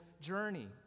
Journey